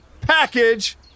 package